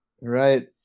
right